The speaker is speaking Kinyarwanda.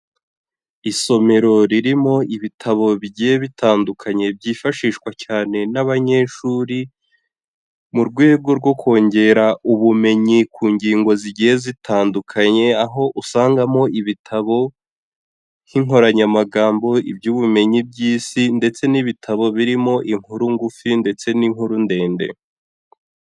Isomero ririmo ibitabo bigiye bitandukanye byifashishwa cyane n'abanyeshuri, mu rwego rwo kongera ubumenyi ku ngingo zigiye zitandukanye, aho usangamo ibitabo nk'inkoranyamagambo, iby'ubumenyi by'Isi, ndetse n'ibitabo birimo inkuru ngufi, ndetse n'inkuru ndende.